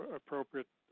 appropriate